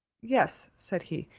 yes, said he,